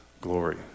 glory